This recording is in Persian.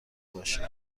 باشه